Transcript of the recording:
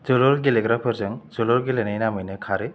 जोलुर गेलेग्राफोरजों जोलुर गेलेग्रानि नामैनो खारो